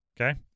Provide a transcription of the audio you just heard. Okay